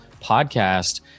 podcast